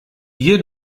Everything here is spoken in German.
ihr